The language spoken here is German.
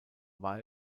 war